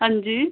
अंजी